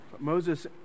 Moses